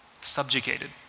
subjugated